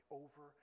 over